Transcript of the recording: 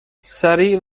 سریع